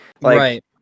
Right